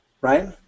right